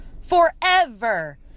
forever